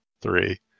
three